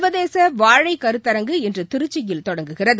சர்வதேச வாழை கருத்தரங்கு இன்று திருச்சியில் தொடங்குகிறது